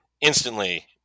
instantly